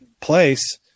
place